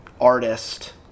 artist